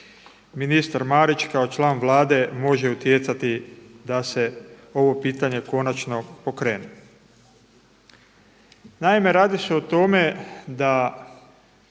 ministar Marić kao član Vlade može utjecati da se ovo pitanje konačno pokrene. Naime, radi se o tome da